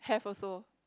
have also